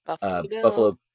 Buffalo